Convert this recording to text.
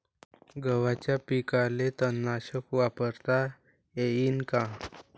गव्हाच्या पिकाले तननाशक वापरता येईन का?